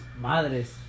Madres